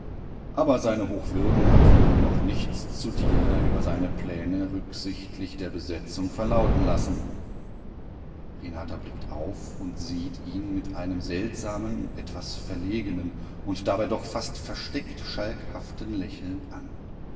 aber seine hochwürden hat wohl noch nichts zu dir über seine pläne rücksichtlich der besetzung verlauten lassen renata blickt auf und sieht ihn mit einem seltsamen etwas verlegenen und dabei doch fast versteckt schalkhaften lächeln an